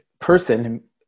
person